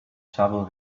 shovel